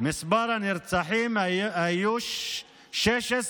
מספר הנרצחים היה 16,